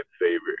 favorite